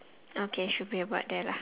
uh